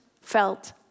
felt